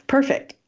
Perfect